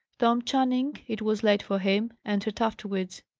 tom channing it was late for him entered afterwards.